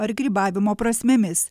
ar grybavimo prasmėmis